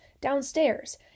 downstairs